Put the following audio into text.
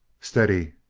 steady!